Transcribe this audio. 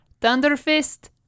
Thunderfist